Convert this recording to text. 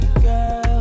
girl